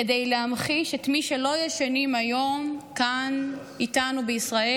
כדי להמחיש את מי שלא ישנים היום כאן איתנו בישראל,